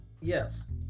Yes